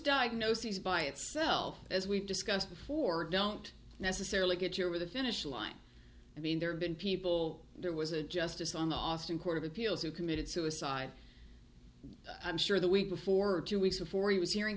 diagnoses by itself as we've discussed before don't necessarily get your over the finish line i mean there have been people there was a justice on the austin court of appeals who committed suicide i'm sure the week before two weeks before he was he